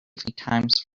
times